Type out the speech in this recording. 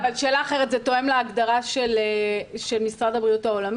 אבל ההגדרה של חולה קשה תואמת להגדרה של משרד הבריאות העולמי?